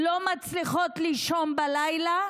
לא מצליחות לישון בלילה,